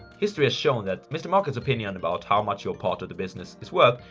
history has shown that mr. market's opinion about how much your part of the business is worth,